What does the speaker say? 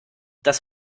das